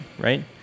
right